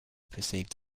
perceived